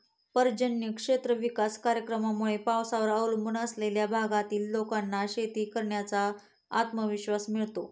पर्जन्य क्षेत्र विकास कार्यक्रमामुळे पावसावर अवलंबून असलेल्या भागातील लोकांना शेती करण्याचा आत्मविश्वास मिळतो